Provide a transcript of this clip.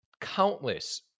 countless